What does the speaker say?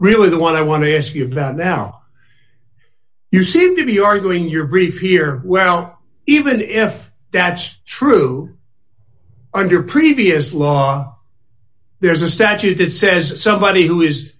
really the one i want to ask you about now you seem to be arguing your brief here well even if that's true under previous law there's a statute that says somebody who is